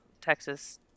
Texas